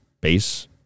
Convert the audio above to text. base